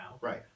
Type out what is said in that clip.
right